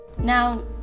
Now